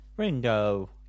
Ringo